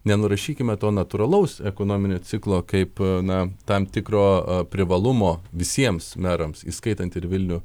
nenurašykime to natūralaus ekonominio ciklo kaip na tam tikro privalumo visiems merams įskaitant ir vilnių